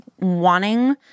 wanting